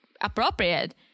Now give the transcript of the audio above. appropriate